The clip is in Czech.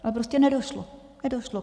A prostě nedošlo.